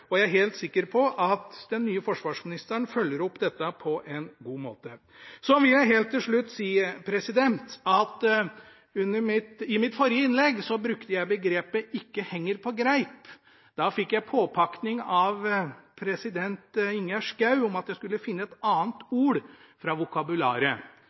og jeg er helt sikker på at den nye forsvarsministeren følger opp dette på en god måte. Så vil jeg helt til slutt si at i mitt forrige innlegg brukte jeg begrepet «ikke henger på greip». Da fikk jeg påpakning av presidenten, Ingjerd Schou, om at jeg skulle finne